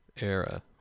era